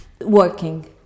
working